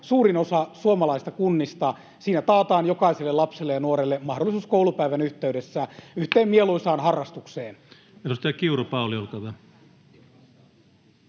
suurin osa suomalaisista kunnista. Siinä taataan jokaiselle lapselle ja nuorelle mahdollisuus koulupäivän yhteydessä yhteen mieluisaan harrastukseen.